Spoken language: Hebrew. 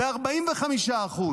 ב-45%.